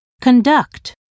conduct